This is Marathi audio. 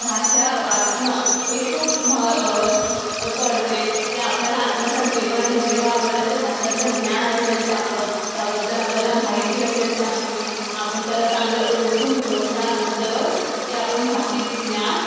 भाषा वाचणं हे खूप मह कळते ते आपल्याला आत्मसात जेव्हा येईल जेव्हा आपल्याला ते भाषाचं ज्ञान असेल चांगलं त्याबद्दल आपल्याला माहिती असेल चांगली आपण त्याला चांगलं ओळखून घेऊ त्यानंतरच ते आपण भाषेत ज्ञान